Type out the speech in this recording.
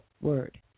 word